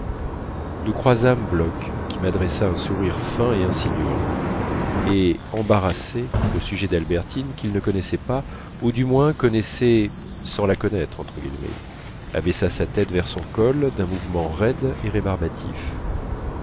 nous croisâmes bloch qui m'adressa un sourire fin et insinuant et embarrassé au sujet d'albertine qu'il ne connaissait pas ou du moins connaissait sans la connaître abaissa sa tête vers son col d'un mouvement raide et rébarbatif